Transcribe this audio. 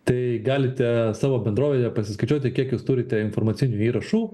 tai galite savo bendrovėje pasiskaičiuoti kiek jūs turite informacinių įrašų